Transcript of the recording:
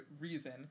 reason